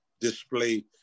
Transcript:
display